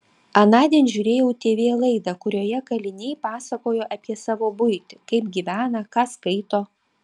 anądien žiūrėjau tv laidą kurioje kaliniai pasakojo apie savo buitį kaip gyvena ką skaito